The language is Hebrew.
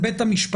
זה בית המשפט.